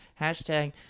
hashtag